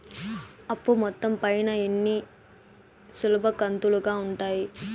అప్పు మొత్తం పైన ఎన్ని సులభ కంతులుగా ఉంటాయి?